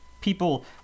people